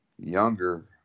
younger